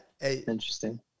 interesting